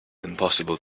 impossible